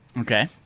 Okay